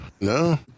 No